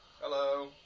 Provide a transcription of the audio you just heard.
Hello